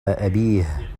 أبيه